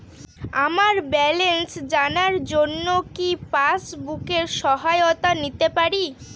আমার ব্যালেন্স জানার জন্য কি পাসবুকের সহায়তা নিতে পারি?